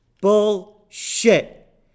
Bullshit